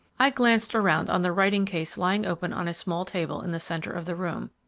i glanced around on the writing-case lying open on a small table in the centre of the room,